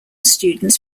students